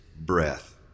breath